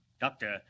Doctor